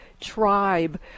tribe